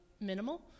minimal